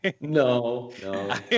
no